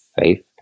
faith